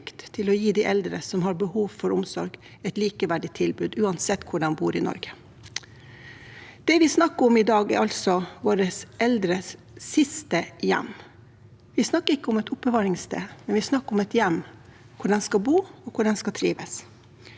til å gi de eldre som har behov for omsorg, et likeverdig tilbud uansett hvor de bor i Norge. Det vi snakker om i dag, er våre eldres siste hjem. Vi snakker ikke om et oppbevaringssted, men om et hjem hvor de skal bo og trives.